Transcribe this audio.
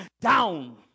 down